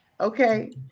Okay